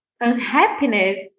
unhappiness